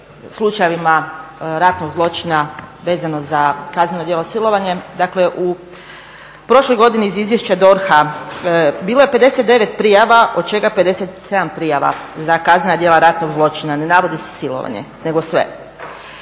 slučajevima ratnog zločina vezano za kazneno djelo silovanja, dakle u prošloj godini iz izvješća DORH-a bilo je 59 prijava od čega 57 prijava za kaznena djela ratnog zločina, ne navodi se silovanje nego sve.